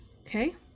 Okay